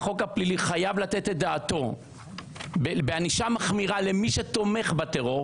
שהחוק הפלילי חייב לתת את דעתו בענישה מחמירה למי שתומך בטרור